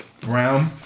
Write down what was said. Brown